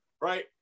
right